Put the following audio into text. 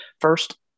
first